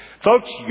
Folks